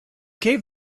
gave